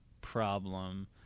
problem